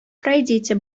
пройдите